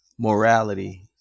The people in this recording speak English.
Morality